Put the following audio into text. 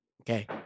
Okay